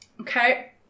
Okay